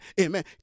amen